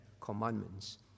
commandments